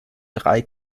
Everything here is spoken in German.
drei